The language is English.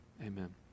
Amen